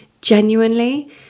genuinely